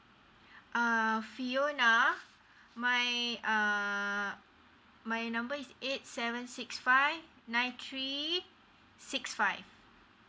uh fiona my err my number is eight seven six five nine three six five